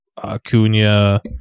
Acuna